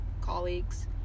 colleagues